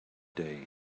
day